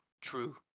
True